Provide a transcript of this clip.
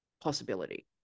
possibility